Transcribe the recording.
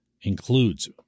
includes